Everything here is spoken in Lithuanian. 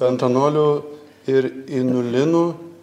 pantenoliu ir inulinu